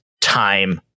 time